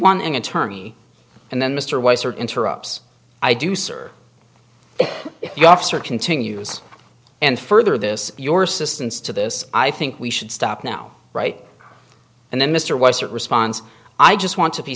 want an attorney and then mr weiser interrupts i do sir if you officer continues and further this your systems to this i think we should stop now right and then mr weiser responds i just want to be